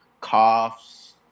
coughs